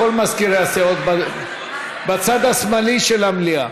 מזכירי הסיעות בצד השמאלי של המליאה.